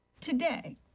Today